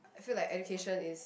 I feel like education is